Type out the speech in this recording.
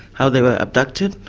how they were abducted,